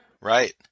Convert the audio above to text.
Right